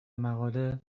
مقاله